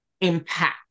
impact